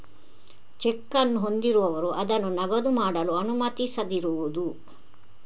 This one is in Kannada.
ಚೆಕ್ ಅನ್ನು ಹೊಂದಿರುವವರು ಅದನ್ನು ನಗದು ಮಾಡಲು ಅನುಮತಿಸದಿರುವುದು